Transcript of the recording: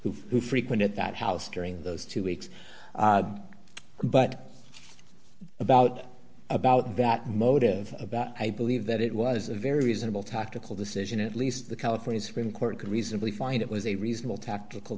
nichols who frequent at that house during those two weeks but about about that motive about i believe that it was a very reasonable talk tical decision at least the california supreme court could reasonably find it was a reasonable tactical